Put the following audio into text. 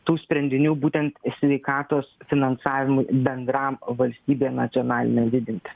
tų sprendinių būtent sveikatos finansavimui bendram valstybė nacionalinė didinti